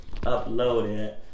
uploaded